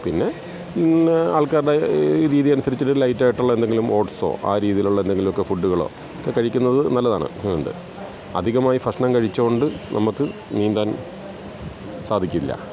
പിന്നെ ഇന്ന ആൾക്കാർടെ രീതി അനുസരിച്ചിട്ട് ലൈറ്റായിട്ടുള്ള എന്തെങ്കിലും ഓട്സോ ആ രീതിയിലുള്ള എന്തെങ്കിലും ഒക്കെ ഫുഡുകളോ ഒക്കെ കഴിക്കുന്നത് നല്ലതാണ് അധികമായി ഭക്ഷണം കഴിച്ചുകൊണ്ട് നമുക്ക് നീന്താൻ സാധിക്കില്ല